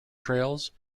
trails